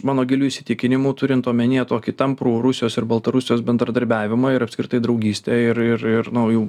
mano giliu įsitikinimu turint omenyje tokį tamprų rusijos ir baltarusijos bendradarbiavimą ir apskritai draugystę ir ir ir na o jų